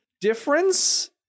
difference